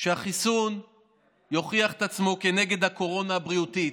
שהחיסון יוכיח את עצמו כנגד הקורונה הבריאותית.